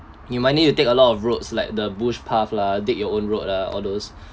you might need to take a lot of roads like the bush path lah dig your own road lah all those